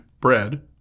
bread